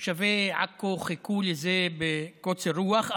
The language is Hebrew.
תושבי עכו חיכו לזה בקוצר רוח,